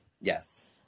Yes